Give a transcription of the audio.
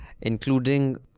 including